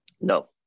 no